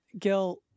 Gil